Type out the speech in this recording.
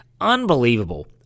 Unbelievable